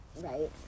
right